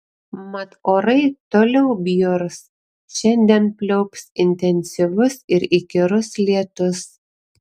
mat orai toliau bjurs šiandien pliaups intensyvus ir įkyrus lietus